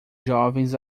jovens